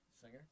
singer